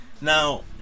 Now